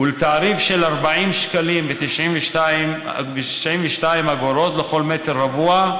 ולתעריף של 40.92 שקלים לכל מטר רבוע,